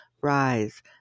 Rise